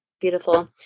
Beautiful